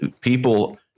people